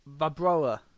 Vabroa